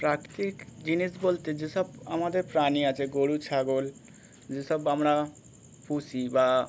প্রাকৃতিক জিনিস বলতে যেসব আমাদের প্রাণী আছে গরু ছাগল যেসব আমরা পুষি বা